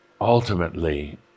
ultimately